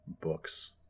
books